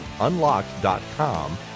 Unlocked.com